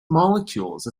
molecules